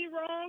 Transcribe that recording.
wrong